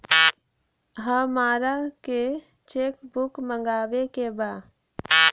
हमारा के cheque book मगावे के बा?